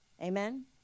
Amen